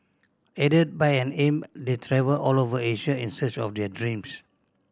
aided by an imp they travel all over Asia in search of their dreams